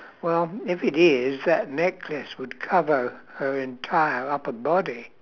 well if it is that necklace would cover her entire upper body